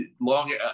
long